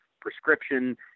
prescription